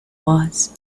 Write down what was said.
was